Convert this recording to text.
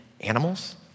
animals